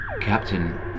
Captain